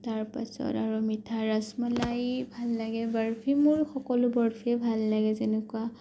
তাৰ পাছত আৰু মিঠা ৰাচমলাই বৰফি মোৰ সকলো বৰফিয়ে ভাল লাগে যেনেকুৱা